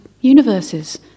universes